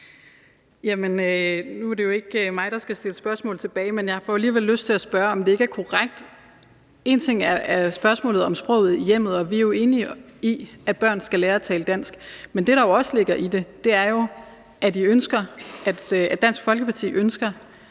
Nu er det jo ikke mig, der skal stille spørgsmål tilbage, men jeg får alligevel lyst til at gøre det. For én ting er spørgsmålet om sproget i hjemmet, og vi er enige i, at børn skal lære at tale dansk, men det, der også ligger i det, er jo, at Dansk Folkeparti ønsker,